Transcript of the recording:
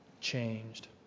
changed